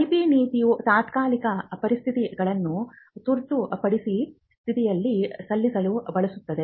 IP ನೀತಿಯು ತಾತ್ಕಾಲಿಕ ಪರಿಸ್ಥಿತಿಗಳನ್ನು ತುರ್ತು ಪರಿಸ್ಥಿತಿಯಲ್ಲಿ ಸಲ್ಲಿಸಲು ಬಳಸುತ್ತದೆ